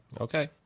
okay